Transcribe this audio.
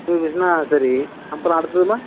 பஞ்சு மெஷினா சரி அப்புறம் அடுத்ததும்மா